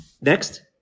Next